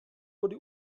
wurde